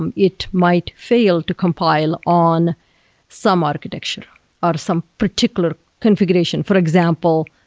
and it might fail to comply on some architecture or some particular configuration. for example,